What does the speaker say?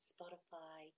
Spotify